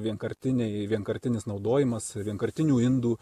vienkartiniai vienkartinis naudojimas vienkartinių indų